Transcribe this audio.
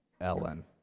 Ellen